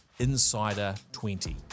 INSIDER20